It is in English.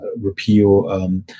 repeal